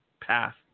Path